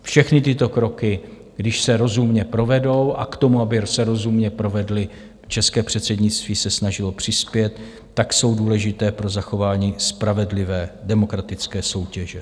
Všechny tyto kroky, když se rozumně provedou, a k tomu, aby se rozumně provedly, české předsednictví se snažilo přispět, jsou důležité pro zachování spravedlivé demokratické soutěže.